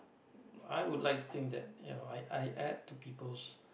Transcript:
I would like to think that you know I I add to people's